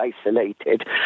isolated